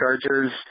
Chargers